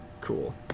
Cool